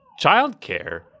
childcare